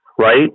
Right